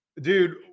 Dude